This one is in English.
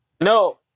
no